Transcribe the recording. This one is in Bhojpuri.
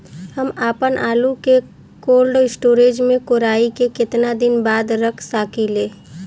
हम आपनआलू के कोल्ड स्टोरेज में कोराई के केतना दिन बाद रख साकिले?